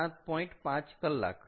5 કલાક